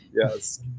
yes